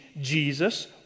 Jesus